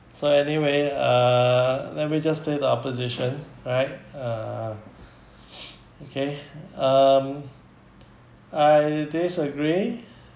so anyway uh let me just play the opposition right uh okay um I disagree